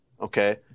okay